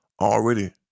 already